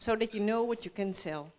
so that you know what you can sell